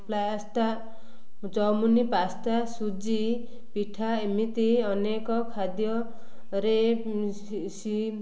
ପ୍ଲାସ୍ତା ଚଉମୁନି ପାସ୍ତା ସୁଜି ପିଠା ଏମିତି ଅନେକ ଖାଦ୍ୟରେ